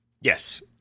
Yes